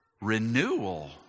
renewal